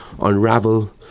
unravel